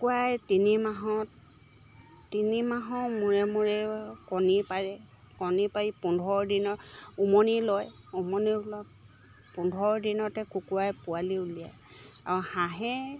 কুকুৰাই তিনি মাহত তিনি মাহৰ মূৰে মূৰে কণী পাৰে কণী পাৰি পোন্ধৰ দিনত উমনি লয় উমনি হ'ল পোন্ধৰ দিনতে কুকুৰাই পোৱালি উলিয়াই আৰু হাঁহে